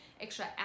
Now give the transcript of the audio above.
extra